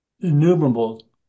innumerable